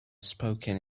spoken